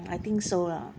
I think so lah